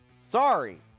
Sorry